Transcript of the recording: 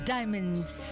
Diamonds